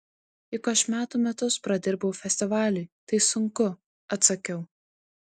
juk aš metų metus pradirbau festivaliui tai sunku atsakiau